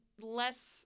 Less